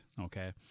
okay